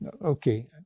okay